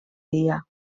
dia